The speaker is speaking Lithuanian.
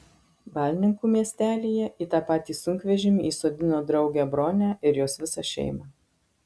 balninkų miestelyje į tą patį sunkvežimį įsodino draugę bronę ir jos visą šeimą